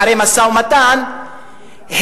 אחרי משא-ומתן,